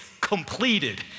completed